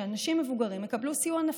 שאנשים מבוגרים יקבלו סיוע נפשי.